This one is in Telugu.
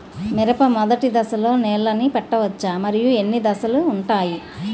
మిరప మొదటి దశలో నీళ్ళని పెట్టవచ్చా? మరియు ఎన్ని దశలు ఉంటాయి?